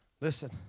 Listen